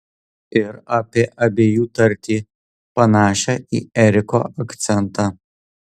ir apie abiejų tartį panašią į eriko akcentą